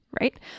Right